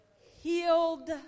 Healed